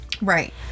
Right